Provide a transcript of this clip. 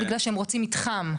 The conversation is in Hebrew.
בגלל שהם רוצים מתחם.